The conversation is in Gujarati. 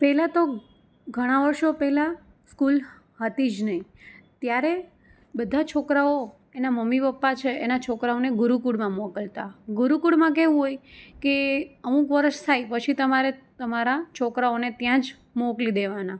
પહેલાં તો ઘણા વર્ષો પહેલાં સ્કૂલ હતી જ નહીં ત્યારે બધા છોકરાઓ એના મમ્મી પપ્પા છે એના છોકરાઓને ગુરુકુળમાં મોકલતા ગુરુકુળમાં કેવું હોય કે અમુક વરસ થાય પછી તમારે તમારા છોકરાઓને ત્યાં જ મોકલી દેવાના